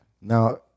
Now